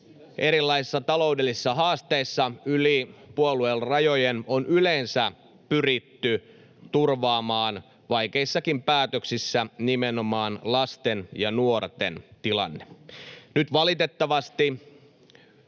erilaisissa taloudellisissa haasteissa yli puoluerajojen on yleensä pyritty turvaamaan vaikeissakin päätöksissä nimenomaan lasten ja nuorten tilanne. Nyt valitettavasti